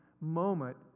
moment